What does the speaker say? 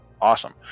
awesome